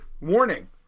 warning